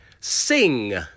Sing